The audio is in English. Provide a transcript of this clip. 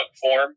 form